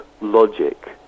logic